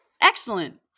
Excellent